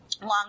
long